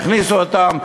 יכניסו אותם,